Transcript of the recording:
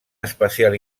especial